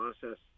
process